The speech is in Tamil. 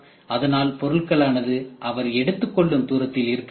அதனால் பொருட்களானது அவர் எடுத்துக் கொள்ளும் தூரத்தில் இருக்க வேண்டும்